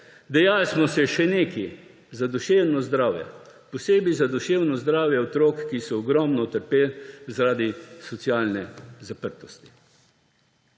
Dali smo še nekaj za duševno zdravje, posebej za duševno zdravje otrok, ki so ogromno utrpeli zaradi socialne zaprtosti.